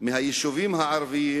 מהיישובים הערביים,